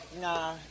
Nah